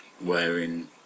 Wearing